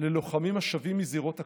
ללוחמים השבים מזירות הקרב,